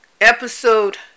Episode